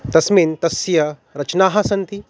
तस्मिन् तस्य रचनाः सन्ति